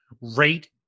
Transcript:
rate